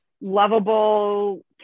lovable